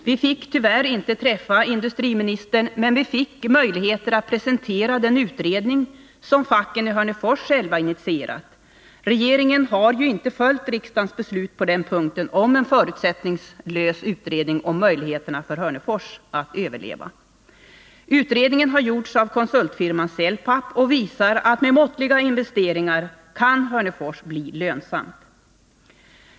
Vi fick tyvärr inte träffa industriministern, men vi fick möjligheter att presentera den utredning som facken i Hörnefors själva initierat. Regeringen har ju inte följt riksdagens beslut om en förutsättningslös utredning om möjligheterna för Hörnefors att överleva. Utredningen har gjorts av konsultfirman Cellpapp och visar att med måttliga investeringar kan Hörnefors bli lönsamt.